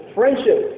friendship